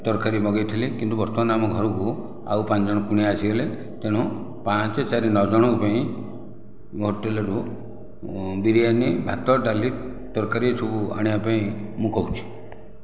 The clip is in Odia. ତରକାରୀ ମଗାଇଥିଲି କିନ୍ତୁ ବର୍ତ୍ତମାନ ଆମ ଘରକୁ ଆଉ ପାଞ୍ଚଜଣ କୁଣିଆ ଆସିଗଲେ ତେଣୁ ପାଞ୍ଚ ଚାରି ନଅ ଜଣଙ୍କ ପାଇଁ ହୋଟେଲରୁ ବିରିୟାନୀ ଭାତ ଡାଲି ତରକାରୀ ଏସବୁ ଆଣିବା ପାଇଁ ମୁଁ କହୁଛି